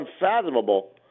unfathomable